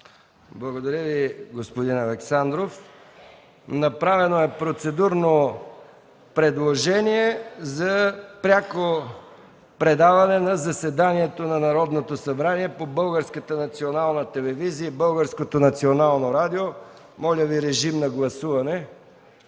Благодаря Ви, господин Александров. Направено е процедурно предложение за пряко предаване на заседанието на Народното събрание по Българската национална